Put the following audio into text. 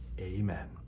Amen